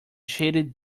shaded